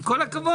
עם כל הכבוד,